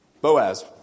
Boaz